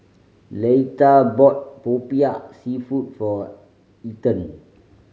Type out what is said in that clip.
Leitha bought Popiah Seafood for Ethen